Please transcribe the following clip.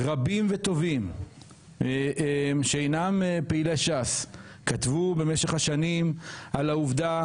כאשר רבים וטובים שאינם פעילי ש"ס כתבו במשך השנים על העובדה